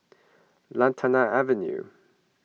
Lantana Avenue